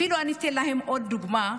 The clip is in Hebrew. אפילו עניתי להם בעוד דוגמה: